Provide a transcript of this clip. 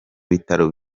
bitaro